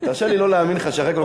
תרשה לי לא להאמין לך שאחרי כל כך,